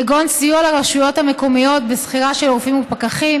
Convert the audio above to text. כגון סיוע לרשויות המקומיות בשכירה של רופאים ופקחים